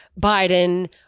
Biden